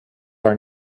are